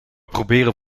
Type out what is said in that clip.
proberen